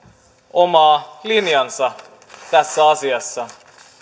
omaa linjaansa tässä asiassa